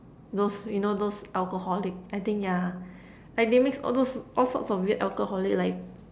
those you know those alcoholic I think yeah like they mix all those all sorts of weird alcoholic like